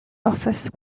office